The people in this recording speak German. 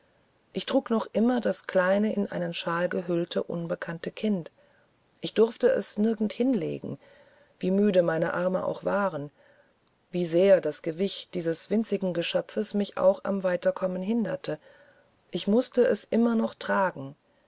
ich trug noch immer das kleine in einen shawl gehüllte unbekannte kind ich durfte es nirgend hinlegen wie müde meine arme auch waren wie sehr das gewicht dieses winzigen geschöpfes mich auch am weiterkommen hinderte ich mußte es noch immer tragen